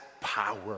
power